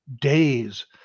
days